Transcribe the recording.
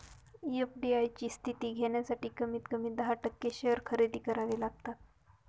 FDI ची स्थिती घेण्यासाठी कमीत कमी दहा टक्के शेअर खरेदी करावे लागतात